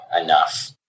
enough